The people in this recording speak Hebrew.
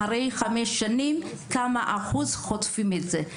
ואחרי חמש שנים כמה אחוז חוטפים את זה?